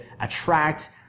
attract